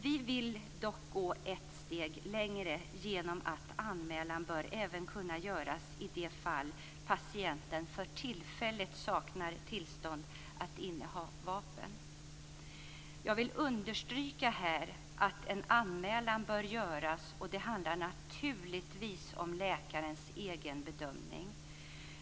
Vi vill dock gå ett steg längre genom att anmälan bör även kunna göras i de fall patienten för tillfället saknar tillstånd att inneha vapen. Jag vill understryka att anmälan bör göras, och det handlar naturligtvis om läkarens bedömning.